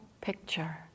picture